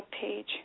page